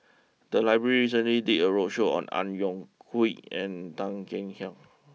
the library recently did a roadshow on Ang Yoke and Tan Kek Hiang